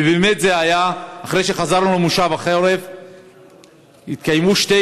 ובאמת אחרי שחזרנו למושב החורף התקיימו שתי